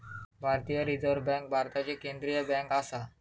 भारतीय reserve bank भारताची केंद्रीय बँक आसा